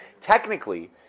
technically